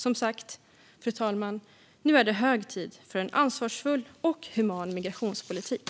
Som sagt: Nu är det hög tid för en ansvarsfull och human migrationspolitik.